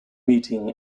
meeting